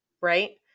right